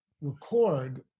record